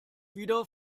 wieder